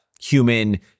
human